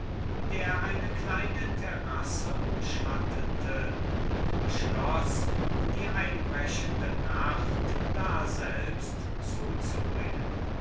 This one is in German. der eine kleine terrasse umschattete auf welcher er die einbrechende nacht zuzubringen